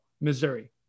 Missouri